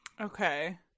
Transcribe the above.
Okay